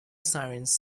sirens